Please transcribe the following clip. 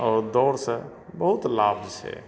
आओर दौड़ से बहुत लाभ छै